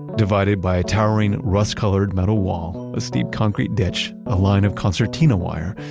divided by a towering rust-colored metal wall, a steep concrete ditch, a line of concertina wire,